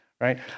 right